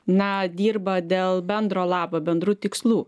na dirba dėl bendro labo bendrų tikslų